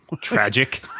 tragic